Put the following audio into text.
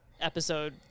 episode